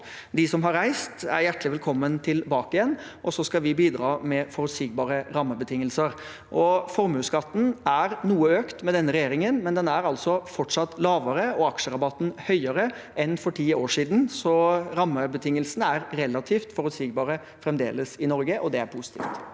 De som har reist, er hjertelig velkommen tilbake igjen, og så skal vi bidra med forutsigbare rammebetingelser. Formuesskatten er noe økt med denne regjeringen, men den er altså fortsatt lavere og aksjerabatten høyere enn for ti år siden, så rammebetingelsene er fremdeles relativt forutsigbare i Norge. Det er positivt.